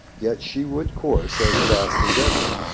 yet she would course as fast as ever.